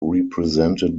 represented